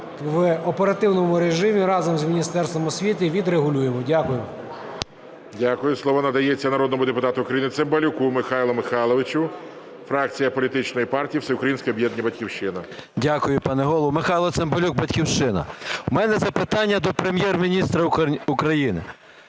в оперативному режимі разом з Міністерством освіти відрегулюємо. Дякую. ГОЛОВУЮЧИЙ. Дякую. Слово надається народному депутату України Цимбалюку Михайлу Михайловичу, фракція політичної партії Всеукраїнське об'єднання "Батьківщина". 11:58:37 ЦИМБАЛЮК М.М. Дякую, пане Голово. Михайло Цимбалюк, "Батьківщина". У мене запитання до Прем'єр-міністра України.